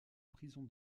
prison